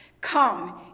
Come